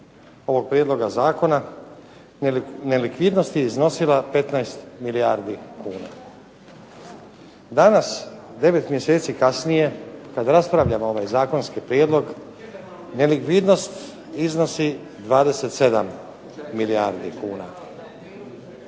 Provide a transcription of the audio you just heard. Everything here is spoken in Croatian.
ovog prijedloga zakona nelikvidnost je iznosila 15 milijardi kuna. Danas devet mjeseci kuna kasnije kada raspravljamo ovaj zakonski prijedlog nelikvidnost iznosi 27 milijardi kuna.